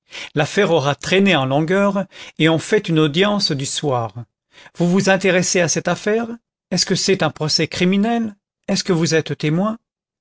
l'affaire aura traîné en longueur et on fait une audience du soir vous vous intéressez à cette affaire est-ce que c'est un procès criminel est-ce que vous êtes témoin